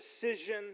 decision